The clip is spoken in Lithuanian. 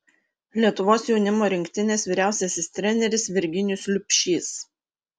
lietuvos jaunimo rinktinės vyriausiasis treneris virginijus liubšys